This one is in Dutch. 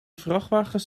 vrachtwagens